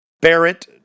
Barrett